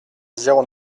zéro